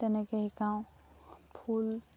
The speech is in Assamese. তেনেকে শিকাওঁ ফুল